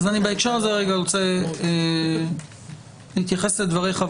בהקשר הזה אני רוצה להתייחס לדבריך,